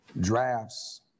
drafts